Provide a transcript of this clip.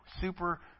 Super